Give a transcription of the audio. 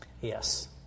Yes